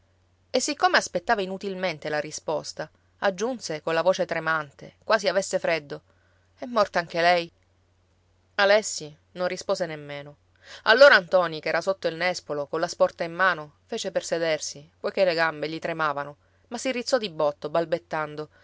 e siccome aspettava inutilmente la risposta aggiunse colla voce tremante quasi avesse freddo è morta anche lei alessi non rispose nemmeno allora ntoni che era sotto il nespolo colla sporta in mano fece per sedersi poiché le gambe gli tremavano ma si rizzò di botto balbettando